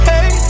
Hey